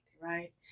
Right